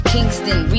Kingston